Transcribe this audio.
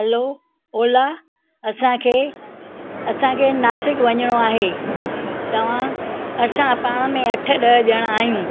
hello ओला असांखे असांखे नाशिक वञिणो आहे तव्हां असां पाण में अठ ॾह ॼणा आहियूं